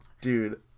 dude